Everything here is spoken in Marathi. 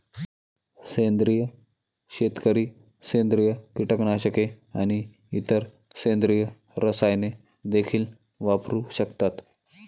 सेंद्रिय शेतकरी सेंद्रिय कीटकनाशके आणि इतर सेंद्रिय रसायने देखील वापरू शकतात